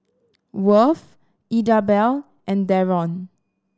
Worth Idabelle and Darron